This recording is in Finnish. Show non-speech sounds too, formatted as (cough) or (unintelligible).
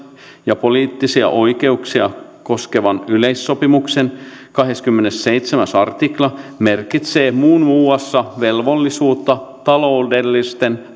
ja poliittisia oikeuksia koskevan yleissopimuksen kahdeskymmenesseitsemäs artikla merkitsee muun muassa velvollisuutta taloudellisten (unintelligible)